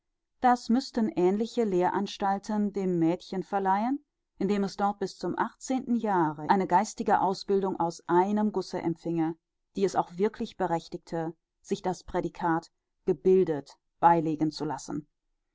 das müßten ähnliche lehr anstalten dem mädchen verleihen indem es dort bis zum achtzehnten jahre eine geistige ausbildung aus einem gusse empfinge die es auch wirklich berechtigte sich das prädicat gebildet beilegen zu lassen